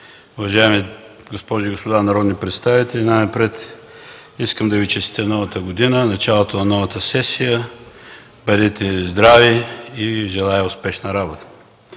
уважаеми госпожи и господа народни представители! Най-напред искам да Ви честитя Новата година, началото на новата сесия! Бъдете здрави и Ви желая успешна работа!